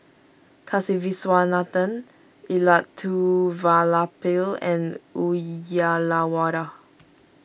Kasiviswanathan Elattuvalapil and Uyyalawada